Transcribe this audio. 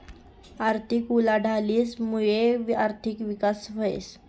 आर्थिक उलाढालीस मुये आर्थिक विकास व्हस